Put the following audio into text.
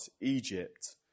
Egypt